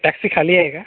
taxi खाली आहे का